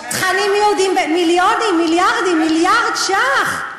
תכנים יהודיים מיליונים, מיליארדים, מיליארד ש"ח.